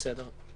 בסדר.